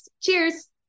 Cheers